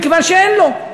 מכיוון שאין לו,